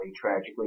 tragically